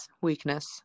weakness